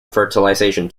fertilization